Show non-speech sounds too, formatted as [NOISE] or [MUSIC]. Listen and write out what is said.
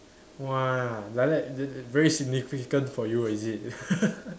!wah! like that then very significant for you is it [LAUGHS]